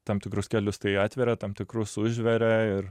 tam tikrus kelius tai atveria tam tikrus užveria ir